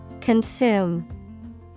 Consume